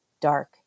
dark